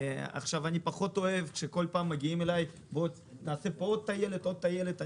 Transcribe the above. אני פחות אוהב שכל פעם באים אליי ומבקשים לעשות עוד טיילת ועוד טיילת.